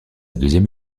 deuxième